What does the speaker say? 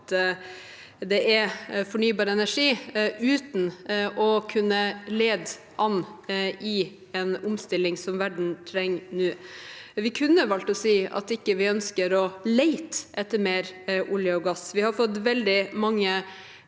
at det er fornybar energi – uten å kunne lede an i en omstilling som verden trenger nå. Vi kunne valgt å si at vi ikke ønsker å lete etter mer olje og gass. Vi har fått veldig mange